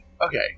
Okay